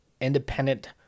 independent